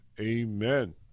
amen